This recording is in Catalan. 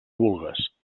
vulgues